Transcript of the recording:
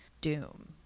doom